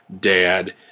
dad